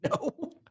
No